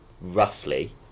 roughly